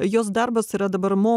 jos darbas yra dabar mo